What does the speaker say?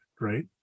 right